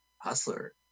Hustler